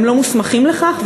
הם לא מוסמכים לכך,